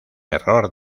error